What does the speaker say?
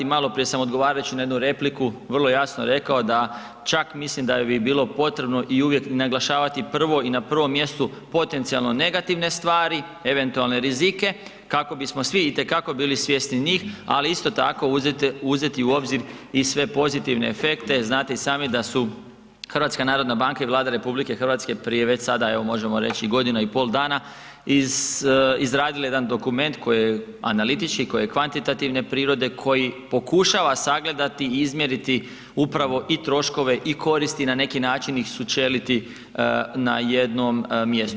Maloprije sam odgovarajući na jednu repliku vrlo jasno rekao da čak mislim da bi vilo potrebno i uvijek naglašavati prvo i na prvom mjestu potencijalno negativne stvari, eventualne rizike kako bismo svi itekako bili svjesni njih ali isto tako uzeti u obzir i sve pozitivne efekte, znate i sami da su HNB i Vlada RH prije već sada možemo reći i godinu i pol dana, izradile jedan dokument koji je analitički, koji je kvantitativne prirode, koji pokušava sagledati, izmjeriti upravo i troškove i koristi na neki način ih sučeliti na jednom mjestu.